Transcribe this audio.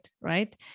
right